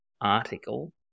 article